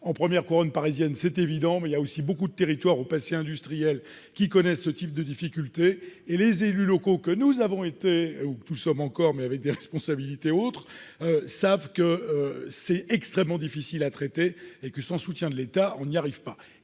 en première couronne parisienne, mais aussi dans les territoires au passé industriel important, qui connaissent ce type de difficultés. Les élus locaux que nous avons été ou que nous sommes encore, mais avec des responsabilités autres, savent que la question est extrêmement difficile à traiter et que, sans soutien de l'État, on n'y arrive pas.